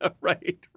right